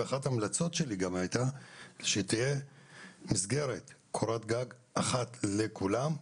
אחת ההמלצות שלי גם הייתה שתהיה מסגרת קורת גג אחת לכולם,